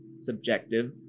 subjective